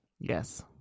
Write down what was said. Yes